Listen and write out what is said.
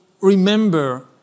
remember